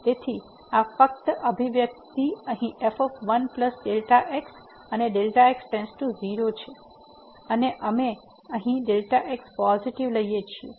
તેથી આ ફક્ત આ અભિવ્યક્તિ અહીં f 1 Δ x અને Δ x → 0 છે અને અમે અહીં Δx પોઝીટીવ લઈએ છીએ